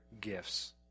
gifts